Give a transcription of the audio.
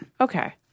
Okay